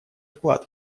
вклад